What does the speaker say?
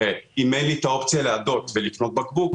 אם אין לי את האופציה לאדות ולקנות בקבוק,